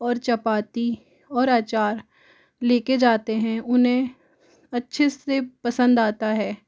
और चपाती और अचार लेकर जाते हैं उन्हें अच्छे से पसंद आता है